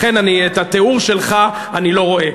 לכן, את התיאור שלך אני לא רואה.